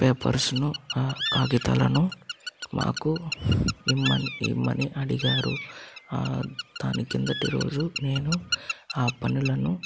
papers ను ఆ కాగితాలను మాకు ఇమ్మని ఇమ్మని అడిగారు ఆ దాని కిందటి రోజు నేను ఆ పనులను